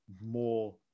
more